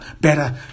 better